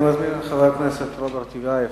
אני מזמין את חבר הכנסת רוברט טיבייב.